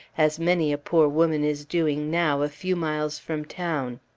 as many a poor woman is doing now, a few miles from town.